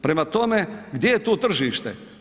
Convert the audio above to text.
Prema tome, gdje je tu tržište?